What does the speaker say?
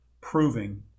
proving